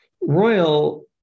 royal